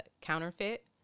Counterfeit